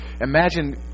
Imagine